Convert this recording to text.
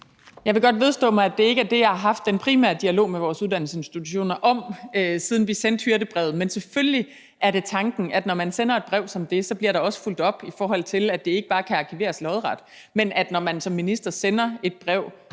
godt vedstå mig, at det ikke er det, som jeg har haft den primære dialog med vores uddannelsesinstitutioner om, siden vi sendte hyrdebrevet. Men selvfølgelig er det tanken, når man sender et brev som det, at der så også bliver fulgt op, i forhold til at det ikke bare kan arkiveres lodret, men når man som minister sender et brev